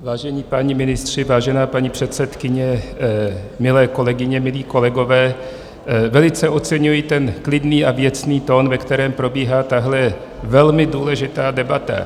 Vážení páni ministři, vážená paní předsedkyně, milé kolegyně, milí kolegové, velice oceňuji ten klidný a věcný tón, ve kterém probíhá tahle velmi důležitá debata.